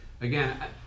again